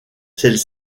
celles